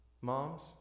Moms